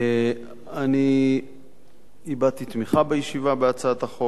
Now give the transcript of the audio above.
אני הבעתי תמיכה בישיבה בהצעת החוק,